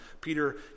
Peter